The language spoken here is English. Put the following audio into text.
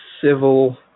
Civil